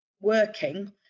working